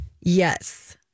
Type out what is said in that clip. yes